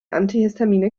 antihistamine